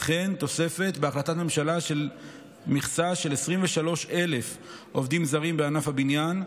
וכן תוספת מכסה בהחלטת ממשלה של 23,000 עובדים זרים בענף הבניין,